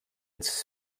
its